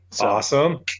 Awesome